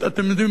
אתם יודעים,